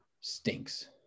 stinks